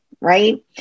right